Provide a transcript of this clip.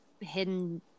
hidden